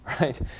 right